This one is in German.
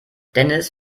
dennis